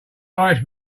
irish